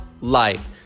life